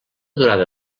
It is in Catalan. durada